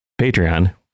Patreon